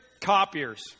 copiers